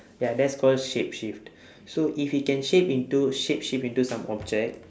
ya that's called shapeshift so if you can shape into shapeshift into some object